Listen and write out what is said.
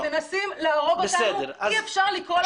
כשמנסים להרוג אותנו אי אפשר לקרוא לזה